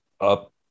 up